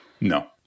No